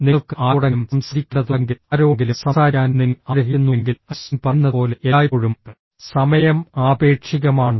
നിങ്ങൾക്ക് ആരോടെങ്കിലും സംസാരിക്കേണ്ടതുണ്ടെങ്കിൽ ആരോടെങ്കിലും സംസാരിക്കാൻ നിങ്ങൾ ആഗ്രഹിക്കുന്നുവെങ്കിൽ ഐൻസ്റ്റീൻ പറയുന്നതുപോലെ എല്ലായ്പ്പോഴും സമയം ആപേക്ഷികമാണ്